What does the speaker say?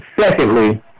Secondly